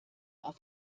auf